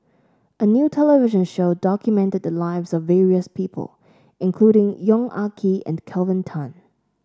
a new television show documented the lives of various people including Yong Ah Kee and Kelvin Tan